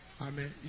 Amen